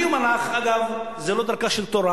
אני אומר לך, אגב, זה לא דרכה של תורה.